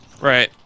Right